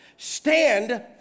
Stand